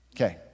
Okay